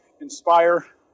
inspire